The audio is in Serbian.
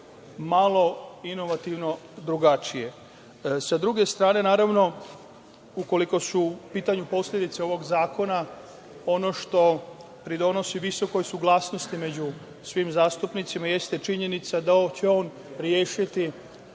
malo inovativno drugačije. Sa druge strane, ukoliko su u pitanju posledice ovog zakona ono što doprinosi visokoj saglasnosti među svim zastupnicima jeste činjenica da će on rešiti